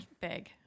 big